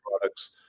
products